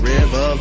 River